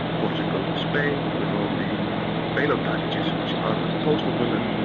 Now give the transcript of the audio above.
portugal and spain with all the bail-out packages which are imposed on them,